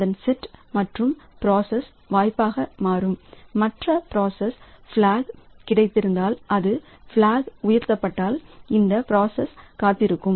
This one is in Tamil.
அதன் செட் மற்ற பிராசஸ்களுக்கு வாய்ப்பாக மாறும் மற்ற பிராசஸ்ளுக்கு பிளாக் கிடைத்திருந்தால் அதன் பிளாக் உயர்த்தப்பட்டால் இந்த பிராசஸ் காத்திருக்கும்